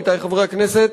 עמיתי חברי הכנסת,